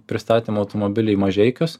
pristatėm automobilį į mažeikius